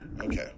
Okay